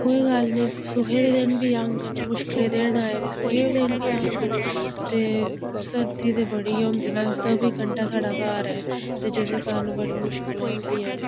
कोई गल्ल नी सुखै दे दिन बी आगङ मुश्कलें दिन आए दे सुखें दिन बी आगङ ते सर्दी दे बड़ी होंदी न तवी कंढै साढ़ा घर ऐ ते जेह्दे कारण बड़ी मुश्कल होदियां न